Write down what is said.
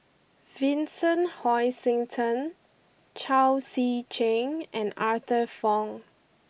Vincent Hoisington Chao Tzee Cheng and Arthur Fong